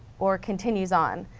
or continues on.